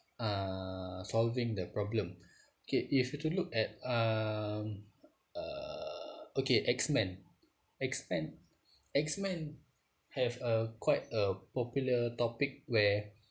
uh solving the problem okay if you were to look at um err okay X men X men X men have uh quite a popular topic where